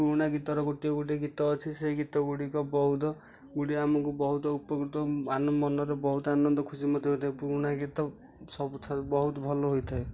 ପୁରୁଣା ଗୀତର ଗୋଟିଏ ଗୋଟିଏ ଗୀତ ଅଛି ସେଇ ଗୀତ ଗୁଡ଼ିକ ବହୁତ ଓଡ଼ିଆ ଆମକୁ ବହୁତ ଉପକୃତ ଆମ ମନରେ ବହୁତ ଆନନ୍ଦ ଖୁସି ମଧ୍ୟ ଦେଇଥାଏ ପୁରୁଣା ଗୀତ ସବୁଠାରୁ ବହୁତ ଭଲ ହୋଇଥାଏ